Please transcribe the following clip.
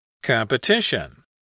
Competition